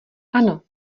ano